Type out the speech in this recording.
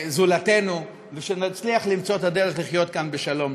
לזולתנו, ונצליח למצוא את הדרך לחיות כאן בשלום.